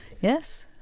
Yes